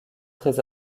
très